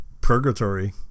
purgatory